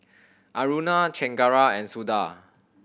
Aruna Chengara and Suda